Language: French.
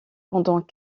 pendant